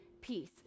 peace